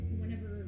whenever